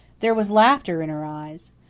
there was laughter in her eyes.